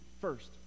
first